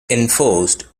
enforced